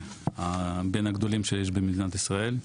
בין הגדולים שיש במדינת ישראל.